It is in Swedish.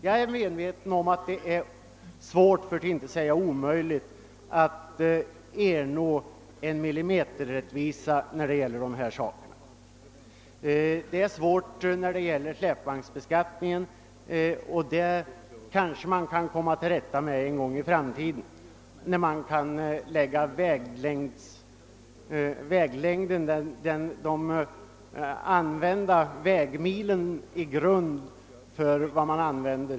Jag är medveten om att det är svårt, för att inte säga omöjligt, att ernå millimeterrättvisa i de här frågorna. Det är svårt redan när det gäller släpvagnsbeskattningen, även om man kanske en gång i framtiden kan få fram en rättvis skatt när man kan lägga de körda vägmilen till grund för beräkningen.